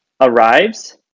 arrives